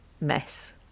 mess